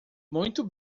muito